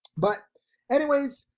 but anyways,